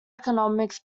economics